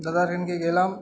দাদার ওখানকে গেলাম